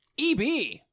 EB